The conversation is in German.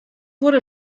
wurde